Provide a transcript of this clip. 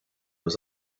was